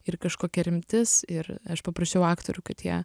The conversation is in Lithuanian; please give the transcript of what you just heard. ir kažkokia rimtis ir aš paprašiau aktorių kad jie